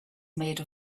made